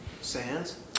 Sands